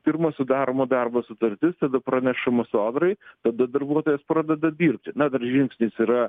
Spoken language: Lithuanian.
pirma sudaroma darbo sutartis tada pranešama sodrai tada darbuotojas pradeda dirbti na dar žingsnis yra